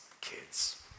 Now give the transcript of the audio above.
kids